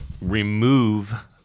remove